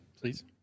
please